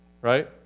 Right